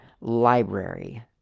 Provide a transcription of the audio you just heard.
library